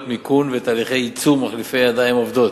מיכון ותהליכי ייצור מחליפי ידיים עובדות.